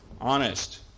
honest